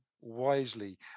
wisely